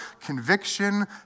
conviction